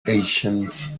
ancient